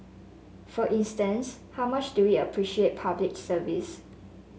for instance how much do we appreciate Public Service